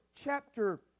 chapter